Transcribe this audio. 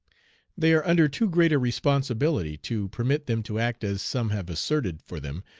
they are under too great a responsibility to permit them to act as some have asserted for them,